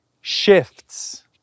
shifts